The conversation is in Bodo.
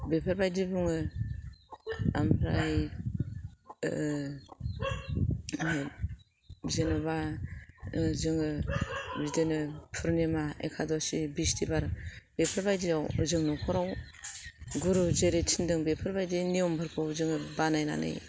बेफोर बायदि बुङो ओमफ्राय जेनेबा जोङो बिदिनो पुर्निमा एकादशि बिस्थिबार बेफोर बायदिआव जों न'खराव गुरु जेरै थिनदों बेफोरबायदि नेमफोरखौ जोङो बानायनानै